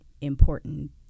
important